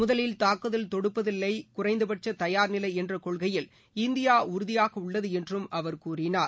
முதலில் தாக்குதல் தொடுப்பதில்லை குறைந்தபட்ச தயார்நிலை என்ற கொள்கையில் இந்தியா உறுதியாக உள்ளது என்றும் அவர் கூறினார்